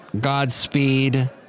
Godspeed